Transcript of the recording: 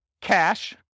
cash